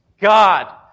God